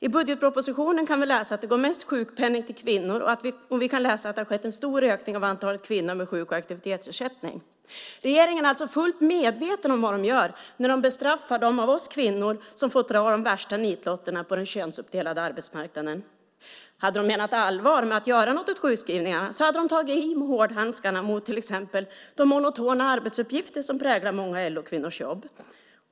I budgetpropositionen kan vi läsa att det går mest sjukpenning till kvinnor och att det har skett en stor ökning av antalet kvinnor med sjuk och aktivitetsersättning. Regeringen är alltså fullt medveten om vad de gör när de bestraffar de av oss kvinnor som får dra de värsta nitlotterna på den könsuppdelade arbetsmarknaden. Hade de menat allvar med att göra något åt sjukskrivningarna hade de tagit i med hårdhandskarna mot till exempel de monotona arbetsuppgifter som präglar många LO-kvinnors jobb.